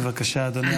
בבקשה, אדוני.